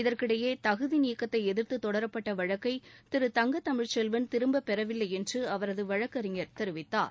இதற்கிடையே தகுதிநீக்கத்தை எதிர்த்து தொடரப்பட்ட வழக்கை திரு தங்க தமிழ்ச்செல்வன் திரும்பப்பெறவில்லை என்று அவரது வழக்கறிஞர் தெரிவித்தார்